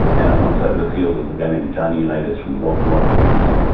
and on one side of the field was a guy named johnny unitas from the baltimore colts.